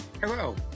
Hello